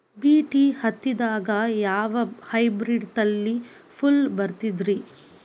BT ಹತ್ತಿದಾಗ ಯಾವ hybrid ತಳಿ ಛಲೋ ಬೆಳಿತೈತಿ?